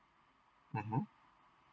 my mum